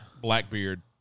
Blackbeard